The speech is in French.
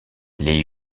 les